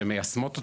ומיישמות אותן.